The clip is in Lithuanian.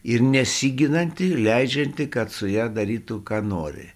ir nesiginanti leidžianti kad su ja darytų ką nori